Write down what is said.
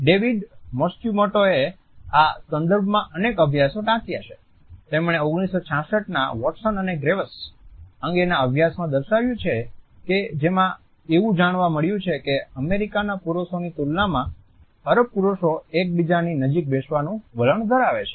David માત્સુમોટોએ આ સંદર્ભમાં અનેક અભ્યાસો ટાંક્યા છે તેમણે 1966ના વોટસન અને ગ્રેવસ અંગેના અભ્યાસમાં દર્શાવ્યુ છે જેમાં એવું જાણવા મળ્યું છે કે અમેરિકાના પુરુષોની તુલનામાં અરબ પુરુષો એકબીજાની નજીક બેસવાનું વલણ ધરાવે છે